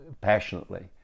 passionately